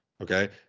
Okay